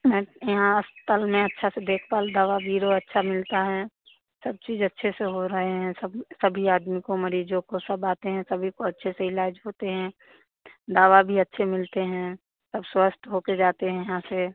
ma'am यहाँ अस्पताल में अच्छा से देखभाल दवा बीरों अच्छा मिलता है सब चीज अच्छे से हो रहे हैं सब सभी आदमी को मरीजों को सब आते हैं सभी को अच्छे से इलाज होते हैं दवा भी अच्छे मिलते हैं सब स्वस्थ हो के जाते हैं यहाँ से